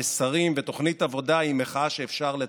מסרים ותוכנית עבודה היא מחאה שאפשר לטרפד.